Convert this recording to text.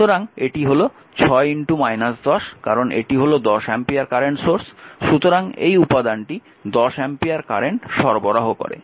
সুতরাং এটি হল 6 10 কারণ এটি হল 10 অ্যাম্পিয়ার কারেন্ট সোর্স সতরাং এই উপাদানটি 10 অ্যাম্পিয়ার কারেন্ট সরবরাহ করে